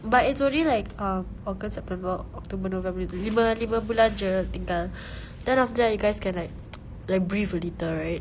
but it's only like um august september october november lima lima bulan jer tinggal then after that you guys can like like breathe a little right